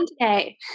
today